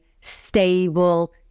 stable